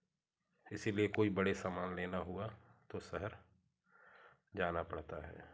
इसीलिए कोई बड़े सामान लेना हुआ तो शहर जाना पड़ता है